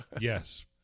yes